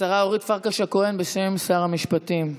השרה אורית פרקש הכהן, בשם שר המשפטים.